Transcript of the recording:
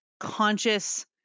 conscious